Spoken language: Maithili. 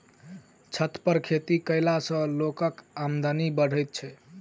छत पर खेती कयला सॅ लोकक आमदनी बढ़ैत छै